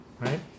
Right